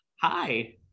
Hi